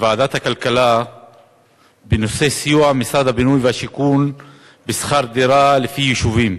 בוועדת הכלכלה בנושא סיוע משרד הבינוי והשיכון בשכר דירה לפי יישובים,